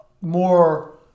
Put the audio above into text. more